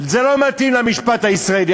זה לא מתאים למשפט הישראלי,